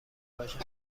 باشم